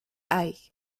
high